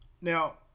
Now